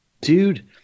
Dude